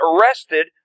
arrested